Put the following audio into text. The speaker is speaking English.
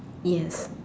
yes